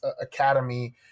Academy